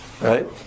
right